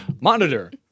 monitor